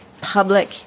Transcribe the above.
public